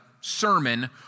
sermon